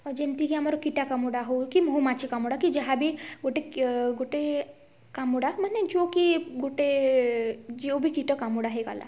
ଆଉ ଯେମିତି କି ଆମର କୀଟ କାମୁଡ଼ା ହେଉ କି ମହୁମାଛି କାମୁଡ଼ା କି ଯାହା ବି ଗୁଟେ ଗୁଟେ କାମୁଡ଼ା ମାନେ ଯେଉଁ କି ଗୁଟେ ଯେଉଁ ବି କାମୁଡ଼ା କୀଟ କାମୁଡ଼ା ହୋଇଗଲା